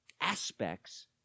aspects